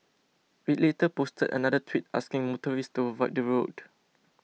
it later posted another tweet asking motorists to avoid the road